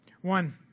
One